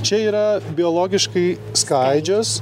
čia yra biologiškai skaidžios